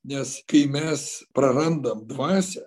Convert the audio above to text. nes kai mes prarandam dvasią